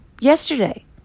yesterday